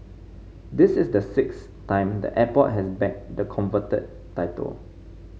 this is the sixth time the airport has bagged the coveted title